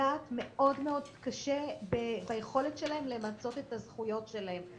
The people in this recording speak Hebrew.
פוגעת מאוד מאוד קשה ביכולת שלהם למצות את הזכויות שלהם.